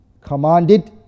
commanded